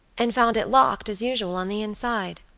and found it locked as usual on the inside.